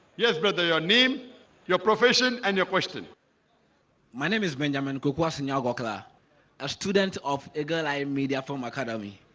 yes, brother your name your profession and your question my name is benjamin kakashi nagakura a student of eager-eyed media from academy.